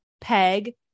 Peg